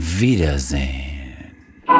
Wiedersehen